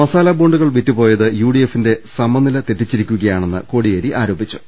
മസാല ബോണ്ടുകൾ വിറ്റു പോയത് യു ഡി എഫിന്റെ സമനില തെറ്റിച്ചിരിക്കുകയാണെന്ന് കോടിയേരി ആരോപിച്ചു